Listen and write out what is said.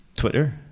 twitter